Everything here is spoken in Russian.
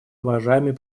уважаемый